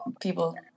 people